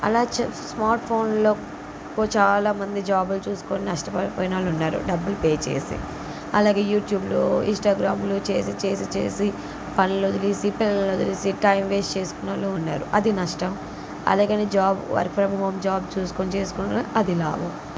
అలా చేస్తే స్మార్ట్ఫోన్లో చాలామంది జాబ్లు చూసుకుని నష్టపడిపోయిన వాళ్ళు ఉన్నారు డబ్బులు పే చేసి అలాగే యూట్యూబ్లో ఇన్స్టాగ్రామ్లో చేసి చేసి చేసి పనులు వదిలేసి పిల్లల్ని వదిలేసి టైం వెస్ట్ చేసుకునే వాళ్ళు ఉన్నారు అది నష్టం అలాగని job work from home job చూసుకుని చేసుకోవడం అది లాభం